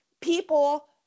people